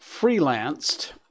freelanced